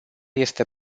este